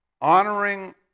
Honoring